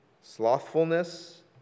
Slothfulness